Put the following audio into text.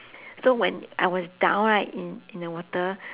so when I was down right in in the water